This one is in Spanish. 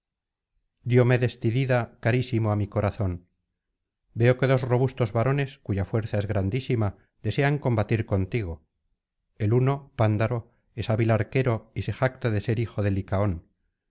diomedes tidida carísimo á mi corazón veo que dos robustos varones cuya fuerza es grandísima desean combatir contigo el uno pándaro es hábil arquero y se jacta de ser hijo de licaón